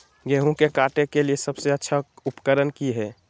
गेहूं के काटे के लिए सबसे अच्छा उकरन की है?